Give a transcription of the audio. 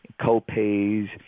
co-pays